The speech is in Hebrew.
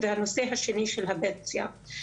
והשני זה הפנסיה.